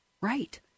Right